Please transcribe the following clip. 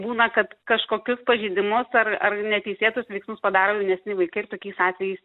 būna kad kažkokius pažeidimus ar ar neteisėtus veiksmus padaro jaunesni vaikai ir tokiais atvejais